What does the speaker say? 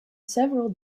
several